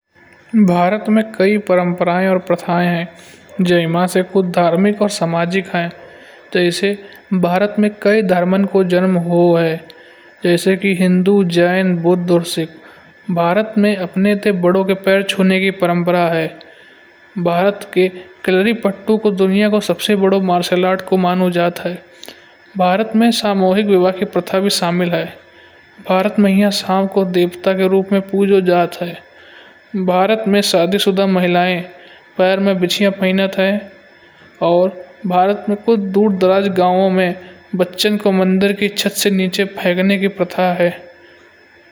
भारत में कई परम्परा और प्रथाएं हैं। जय माता ते कुछ धार्मिक और सामाजिक है। जैसे भारत में कई धर्मों को जन्म हुआ है। जैसो की हिन्दू, जैन बौद्ध और सिख। भारत में अपने दा बड़ों के पेर छूने की परम्परा है। भारत के खिलाड़ी पैटू को दुनिया का सबसे बड़ा मार्शल आर्ट कला को मानो जात है। भारत में सामूहिक विवाह के प्रथा शामिल है। भारत में शाम को देवता के रूप में पूजा जात है। भारत में शादीशुदा महिलाएं पैरों में बिछिया पहनती हैं। और भारत में दूर दराज गांव में बच्चों को मंदिर की छत से नीचे फेंकने की प्रथा होती है।